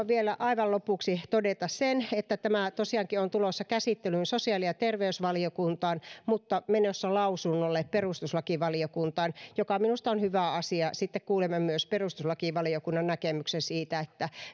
vielä aivan lopuksi todeta sen että tämä tosiaankin on tulossa käsittelyyn sosiaali ja terveysvaliokuntaan mutta menossa lausunnolle perustuslakivaliokuntaan mikä minusta on hyvä asia sitten kuulemme myös perustuslakivaliokunnan näkemyksen muun